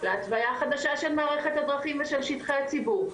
להתוויה חדשה של מערכת הדרכים ושל שטחי הציבור,